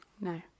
No